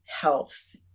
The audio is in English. health